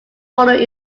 followed